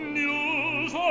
news